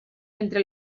mentre